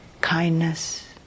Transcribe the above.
kindness